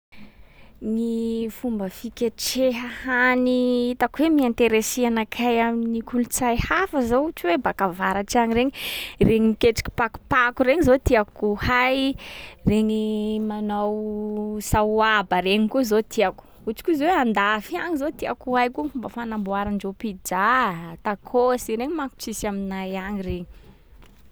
Gny fomba fiketreha hany hitako hoe mi-intéresser anakay amin’ny kolontsay hafa zao ohatra hoe baka avaratry any reny. Reny miketriky pakopako reny zao tiàko ho hay, reny manao sahoaba reny koa zao tiàko. Ohatry koa zao hoe an-dafy any zao tiàko ho hay koa ny fomba fanamboarandreo pizza, tacos, reny manko tsisy aminay agny reny.